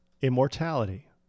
immortality